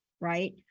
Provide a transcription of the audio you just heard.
Right